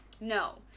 no